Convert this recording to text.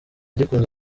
gikunze